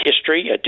history